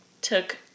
took